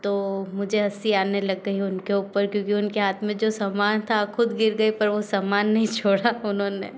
तो मुझे हँसी आने लग गई उनके ऊपर क्योंकि उनके हाथ में जो सामान था खुद गिर गई पर वो सामान नहीं छोड़ा उन्होंने